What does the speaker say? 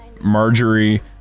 Marjorie